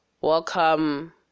Welcome